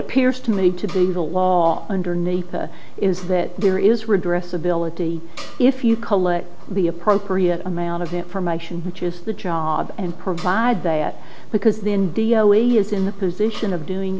appears to me to be the law underneath is that there is redress ability if you collect the appropriate amount of information which is the job and provide that because the indio a is in the position of doing